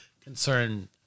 concern